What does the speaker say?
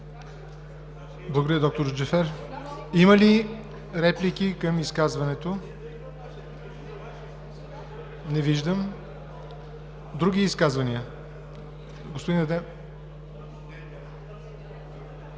Благодаря, д-р Джафер. Има ли реплики към изказването? Не виждам. Други изказвания? Д-р